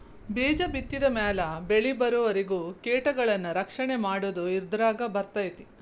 ಬೇಜ ಬಿತ್ತಿದ ಮ್ಯಾಲ ಬೆಳಿಬರುವರಿಗೂ ಕೇಟಗಳನ್ನಾ ರಕ್ಷಣೆ ಮಾಡುದು ಇದರಾಗ ಬರ್ತೈತಿ